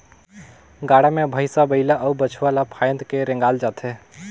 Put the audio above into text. गाड़ा मे भइसा बइला अउ बछवा ल फाएद के रेगाल जाथे